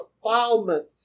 defilement